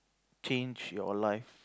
change your life